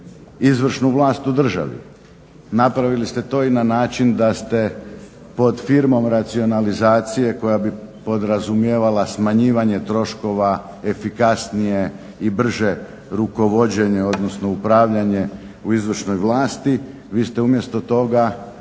izvršnu vlast u državi. Napravili ste to i na način da ste pod firmom racionalizacije koja bi podrazumijevala smanjivanje troškova efikasnije i brže rukovođenje, odnosno upravljanje u izvršnoj vlasti vi ste umjesto toga